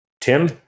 Tim